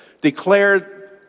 declared